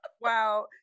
Wow